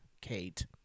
Kate